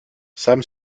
sam